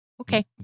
okay